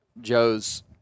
joe's